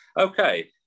Okay